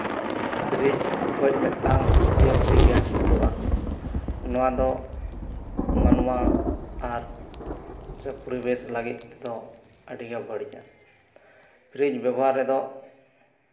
fridge ᱠᱷᱚᱡ ᱢᱤᱫᱴᱟᱝ C F C gas ᱛᱩᱫᱩᱜᱼᱟ ᱱᱚᱣᱟ ᱫᱚ ᱢᱟᱱᱣᱟ ᱟᱨ ᱥᱮ ᱯᱚᱨᱤᱵᱮᱥ ᱞᱟᱹᱜᱤᱫ ᱛᱮᱫᱚ ᱟᱹᱰᱤᱜᱮ ᱵᱟᱹᱲᱤᱡᱼᱟ ᱯᱷᱨᱤᱡ ᱵᱮᱵᱚᱦᱟᱨ ᱨᱮᱫᱚ